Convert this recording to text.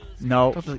No